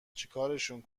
چیکارشون